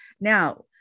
Now